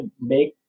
make